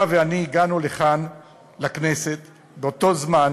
אתה ואני הגענו לכאן לכנסת באותו זמן